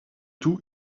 tout